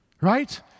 Right